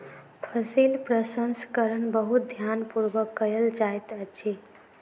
फसील प्रसंस्करण बहुत ध्यान पूर्वक कयल जाइत अछि